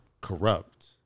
corrupt